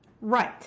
Right